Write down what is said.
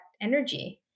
energy